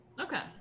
Okay